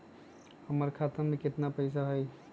हमर खाता में केतना पैसा हई?